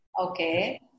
Okay